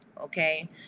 Okay